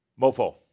Mofo